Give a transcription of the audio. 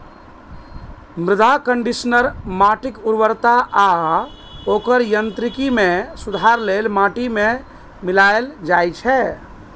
मृदा कंडीशनर माटिक उर्वरता आ ओकर यांत्रिकी मे सुधार लेल माटि मे मिलाएल जाइ छै